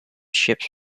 ships